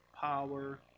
power